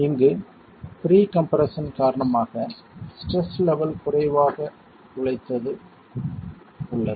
இங்கு pre compression காரணமாக stress level குறைவாக உழைத்தது உள்ளது